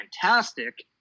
fantastic